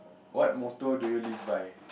what motto do you live by